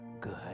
good